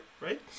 right